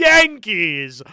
Yankees